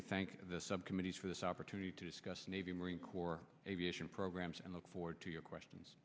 we thank the subcommittees for this opportunity to discuss navy marine corps aviation programs and look forward to your questions